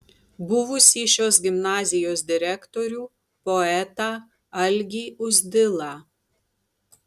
buvusį šios gimnazijos direktorių poetą algį uzdilą